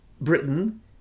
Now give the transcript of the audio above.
Britain